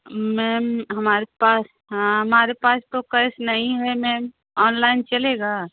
ma'am हमारे पास हाँ हमारे तो केस नहीं है मैम ऑनलाइन चलेगा